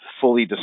fully